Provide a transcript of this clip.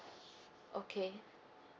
okay